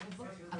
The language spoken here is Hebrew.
התייעצות.